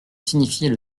signifiait